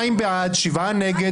9 בעד ההסתייגות 2 נגד,